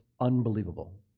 unbelievable